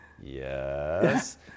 Yes